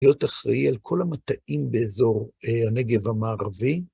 להיות אחראי על כל המטעים באזור הנגב המערבי.